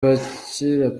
bakira